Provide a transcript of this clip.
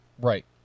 Right